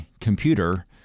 computer